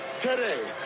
today